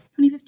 2015